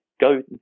Go